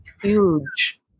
huge